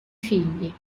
figli